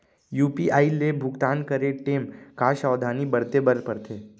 UPI ले भुगतान करे टेम का का सावधानी बरते बर परथे